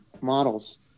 models